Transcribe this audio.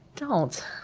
don't!